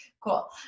Cool